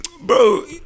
Bro